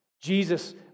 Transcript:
Jesus